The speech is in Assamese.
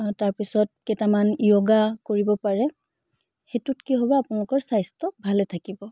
তাৰপিছত কেইটামান য়োগা কৰিব পাৰে সেইটোত কি হ'ব আপোনালোকৰ স্বাস্থ্য ভালে থাকিব